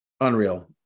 Unreal